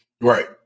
Right